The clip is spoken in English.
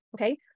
Okay